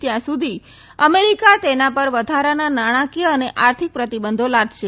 ત્યાં સુધી અમેરિકા તેની પર વધારાના નાણાકીય અને આર્થિક પ્રતિબંધો લાદશે